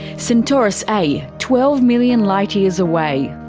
centaurus a, twelve million light years away.